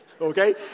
Okay